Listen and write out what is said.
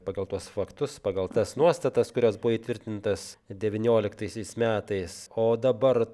pagal tuos faktus pagal tas nuostatas kurios buvo įtvirtintas devynioliktaisiais metais o dabar